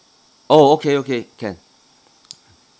oh okay okay can